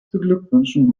beglückwünschen